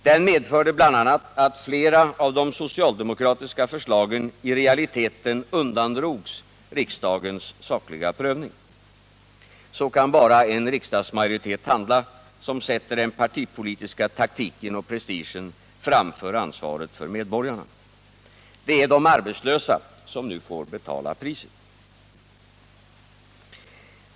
Den medförde bl.a. att flera av de socialdemokratiska förslagen i realiteten undandrogs riksdagens sakliga prövning. Så kan bara en riksdagsmajoritet handla, som sätter den partipolitiska taktiken och prestigen framför ansvaret för medborgarna. Det är de arbetslösa som nu får betala priset.